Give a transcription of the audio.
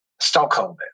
stockholders